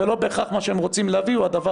ולא בהכרח מה שהם רוצים להביא הוא הדבר